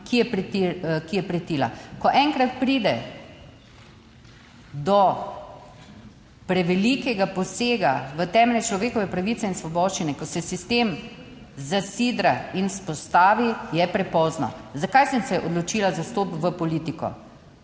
ki je pretila. Ko enkrat pride do prevelikega posega v temeljne človekove pravice in svoboščine, ko se sistem zasidra in vzpostavi, je prepozno. Zakaj sem se odločila za vstop v politiko?